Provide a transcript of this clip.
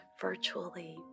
virtually